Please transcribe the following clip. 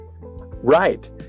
Right